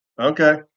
Okay